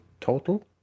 total